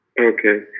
Okay